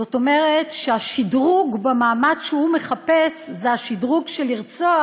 זאת אומרת שהשדרוג במעמד שהוא מחפש זה השדרוג של לרצוח